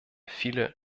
viele